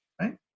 right